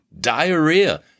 diarrhea